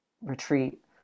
retreat